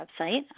website